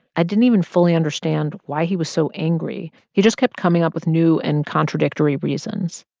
i didn't even fully understand why he was so angry. he just kept coming up with new and contradictory reasons.